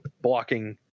blocking